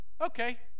okay